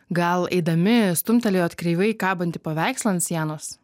gal eidami stumtelėjot kreivai kabantį paveikslą ant sienos